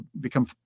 become